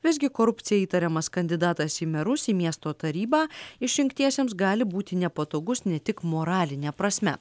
visgi korupcija įtariamas kandidatas į merus į miesto tarybą išrinktiesiems gali būti nepatogus ne tik moraline prasme